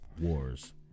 wars